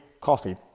coffee